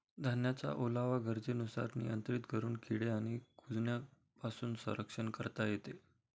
धान्याचा ओलावा गरजेनुसार नियंत्रित करून किडे आणि कुजण्यापासून संरक्षण करता येते